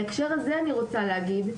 בהקשר הזה אני רוצה להגיד,